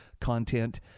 content